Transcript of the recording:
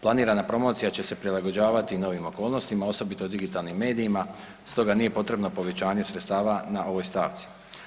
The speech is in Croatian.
Planirana promocija će se prilagođavati novim okolnostima osobito digitalnim medijima stoga nije potrebno povećanje sredstava na ovoj stavci.